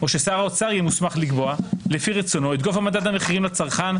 או ששר האוצר יהיה מוסמך לקבוע לפי רצונו את גובה מדד המחירים לצרכן,